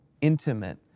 intimate